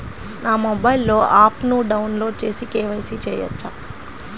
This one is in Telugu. నా మొబైల్లో ఆప్ను డౌన్లోడ్ చేసి కే.వై.సి చేయచ్చా?